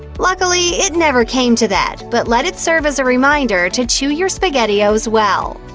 luckily, it never came to that. but let it serve as a reminder to chew your spaghettios well.